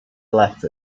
left